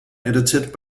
edited